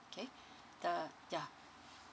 okay the yeah